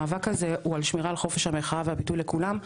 המאבק הזה הוא על שמירה על חופש המחאה והביטוי לכולם,